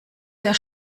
sehr